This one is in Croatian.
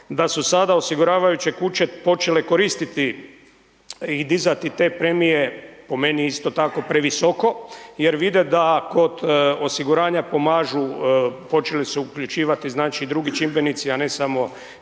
da su sada osiguravajuće kuće počele koristiti i dizati te premije, po meni isto tako previsoko jer vide da kod osiguranja pomažu, počeli su uključivati znači i drugi čimbenici, a ne samo fizičke